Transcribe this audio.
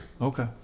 Okay